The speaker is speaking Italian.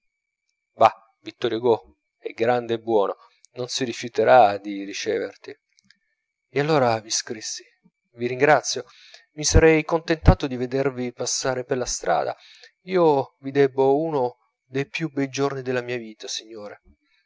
va vittor hugo è grande e buono non rifiuterà di riceverti e allora vi scrissi vi ringrazio mi sarei contentato di vedervi passare per la strada io vi debbo uno dei più bei giorni della mia vita signore